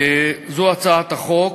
זו הצעת החוק.